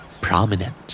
Prominent